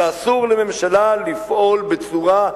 ואסור לממשלה לפעול בצורה,